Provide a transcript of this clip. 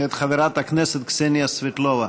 מאת חברת הכנסת קסניה סבטלובה.